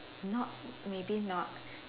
not maybe not